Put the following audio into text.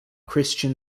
christian